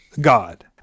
God